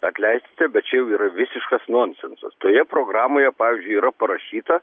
atleiskite bet čia jau yra visiškas nonsensas toje programoje pavyzdžiui yra parašyta